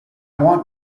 want